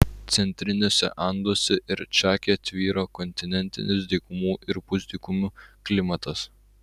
centriniuose anduose ir čake tvyro kontinentinis dykumų ir pusdykumių klimatas